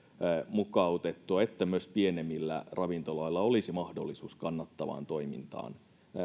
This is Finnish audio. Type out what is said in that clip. että myös pienemmillä ravintoloilla olisi mahdollisuus kannattavaan toimintaan